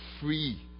free